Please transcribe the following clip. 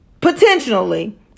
potentially